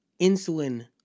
insulin